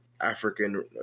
african